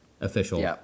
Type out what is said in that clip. official